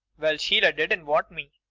well, sheila didn't want me.